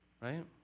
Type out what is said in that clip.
right